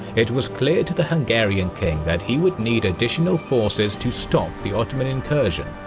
it was clear to the hungarian king that he would need additional forces to stop the ottoman incursion,